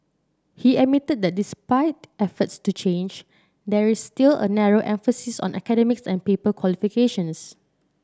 he admitted that despite efforts to change there is still a narrow emphasis on academics and paper qualifications